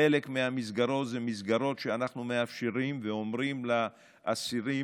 חלק מהמסגרות הו מסגרות שבהן אנחנו מאפשרים ואומרים לאסירים: